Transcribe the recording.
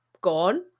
gone